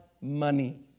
money